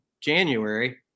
January